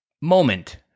moment